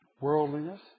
Worldliness